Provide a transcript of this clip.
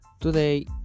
Today